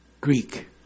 Greek